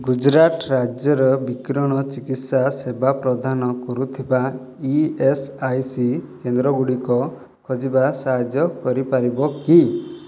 ଗୁଜୁରାଟ ରାଜ୍ୟର ବିକିରଣ ଚିକିତ୍ସା ସେବା ପ୍ରଦାନ କରୁଥିବା ଇ ଏସ୍ ଆଇ ସି କେନ୍ଦ୍ରଗୁଡ଼ିକ ଖୋଜିବା ସାହାଯ୍ୟ କରିପାରିବ କି